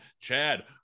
Chad